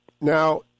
Now